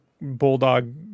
bulldog